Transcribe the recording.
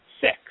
six